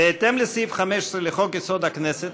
בהתאם לסעיף 15 לחוק-יסוד: הכנסת,